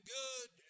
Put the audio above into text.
good